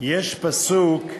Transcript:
יש פסוק: